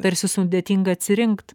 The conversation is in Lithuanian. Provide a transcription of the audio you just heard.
tarsi sudėtinga atsirinkt